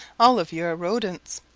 all of you are rodents.